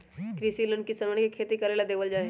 कृषि लोन किसनवन के खेती करे ला देवल जा हई